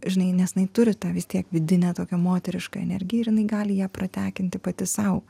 žinai nes jinai turi tą vis tiek vidinę tokią moterišką energiją ir jinai gali ją pratekinti pati sau